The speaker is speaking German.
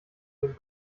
den